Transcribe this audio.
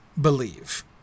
believe